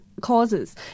causes